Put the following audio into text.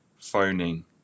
phoning